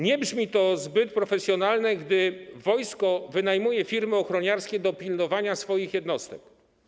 Nie brzmi to zbyt profesjonalnie, gdy wojsko wynajmuje firmy ochroniarskie do pilnowania swoich jednostek.